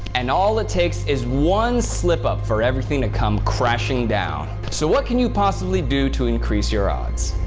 and all it takes is one slip up for everything to come crashing down. so what can you possibly do to increase your odds?